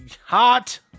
hot